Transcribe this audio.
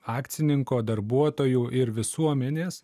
akcininko darbuotojų ir visuomenės